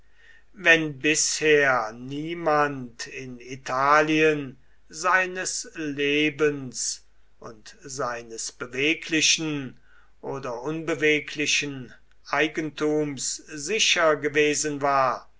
wenn bisher niemand in italien seines lebens und seines beweglichen oder unbeweglichen eigentums sicher gewesen war